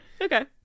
okay